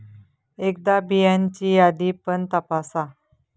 एकदा बियांची यादी पण तपासा